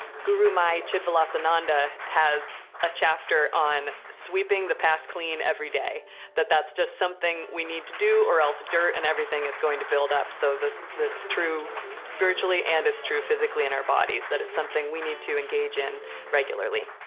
gurumayi chidvilasananda has a chapter on sweeping the path clean every day that that's just something we need to do, or else dirt and everything is going to build up. so it's true spiritually, and it's true physically in our bodies, that it's something we need to engage in regularly.